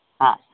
ആ